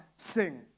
Sing